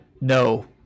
No